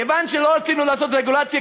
כיוון שלא רצינו לעשות רגולציה,